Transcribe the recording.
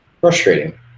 frustrating